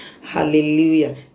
Hallelujah